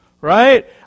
Right